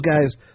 guys